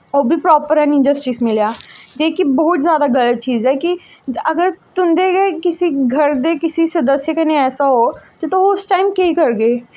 ओह् बी प्रापर हैन्नी जस्टिस मिलेआ जेह्की ब्हौत जादा चीज ऐ कि अगर तुं'दे गै कुसै घर दे स्दस्य कन्नै होऐ ते तुस उस टाइम केह् करगे